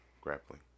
grappling